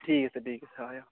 ঠিক আছে ঠিক আছে হয়